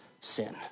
sin